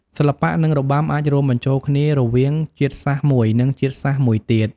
សិល្បៈ និងរបាំអាចរួមបញ្ចូលគ្នារវាងជាតិសាសមួយ និងជាតិសាសន៍មួយទៀត។